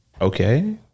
Okay